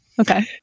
Okay